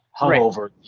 hungover